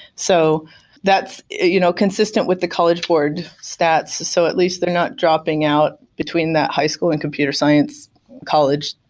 so that's you know consistent with the college board stats, so at least they're not dropping out between that high school and computer science college.